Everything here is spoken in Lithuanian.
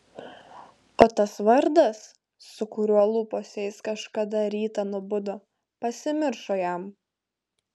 o tas vardas su kuriuo lūpose jis kažkada rytą nubudo pasimiršo jam